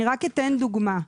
אני אתן דוגמה.